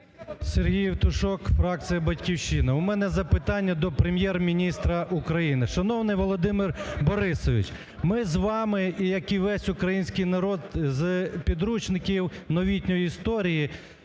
Сергій Євтушок, фракція "Батьківщина". У мене запитання до Прем'єр-міністра України. Шановний Володимир Борисович, ми з вами і як і весь український народ з підручників новітньої історії